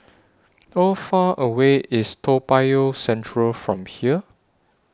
How Far away IS Toa Payoh Central from here